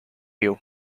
you